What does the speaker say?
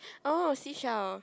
oh seashell